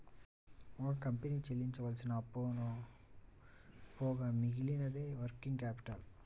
ఒక కంపెనీ చెల్లించవలసిన అప్పులు పోగా మిగిలినదే వర్కింగ్ క్యాపిటల్